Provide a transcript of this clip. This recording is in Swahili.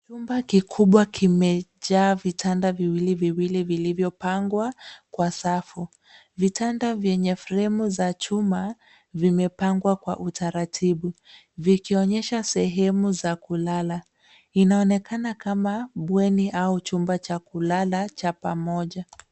Chumba kikubwa kimejaa vitanda viwili viwili vilivyopangwa kwa safu. Vitanda vyenye fremu za chuma vimepangwa kwa utaratibu vikionyesha sehemu za kulala. Inaonekana kama bweni au chumba cha kulala cha pamoja.